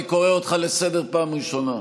אני קורא אותך לסדר בפעם הראשונה.